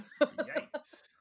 Yikes